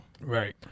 Right